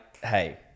hey